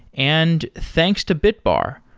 and thanks to bitbar.